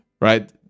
right